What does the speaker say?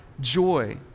joy